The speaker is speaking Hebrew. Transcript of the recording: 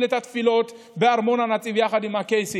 את התפילות בארמון הנציב יחד עם הקייסים,